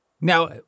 Now